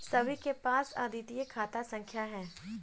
सभी के पास अद्वितीय खाता संख्या हैं